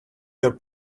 your